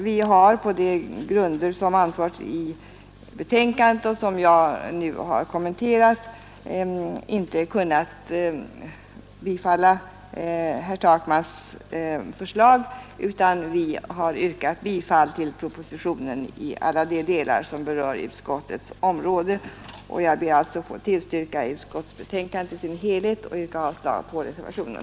Vi har på de grunder som anförts i betänkandet och som jag nu har kommenterat inte kunnat tillstyrka herr Takmans förslag, utan vi har yrkat bifall till propositionen i alla delar som berör utskottets område. Jag ber alltså att få tillstyrka utskottets förslag i dess helhet och yrka avslag på reservationen.